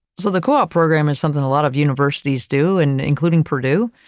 so, the co-op program is something a lot of universities do and including purdue.